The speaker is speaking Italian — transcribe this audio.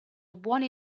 buoni